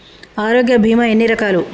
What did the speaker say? ఆరోగ్య బీమా ఎన్ని రకాలు?